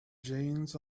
jeans